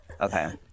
Okay